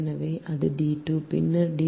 எனவே அது d2 பின்னர் dab